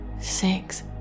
Six